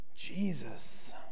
Jesus